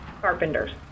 carpenters